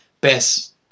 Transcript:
best